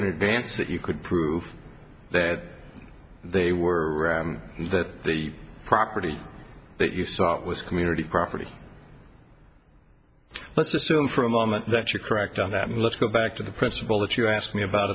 in advance that you could prove that they were and that the property that you start was community property let's assume for a moment that you're correct on that and let's go back to the principle that you asked me about